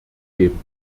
geben